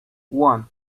one